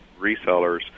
resellers